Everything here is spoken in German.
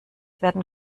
werden